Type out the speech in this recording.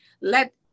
let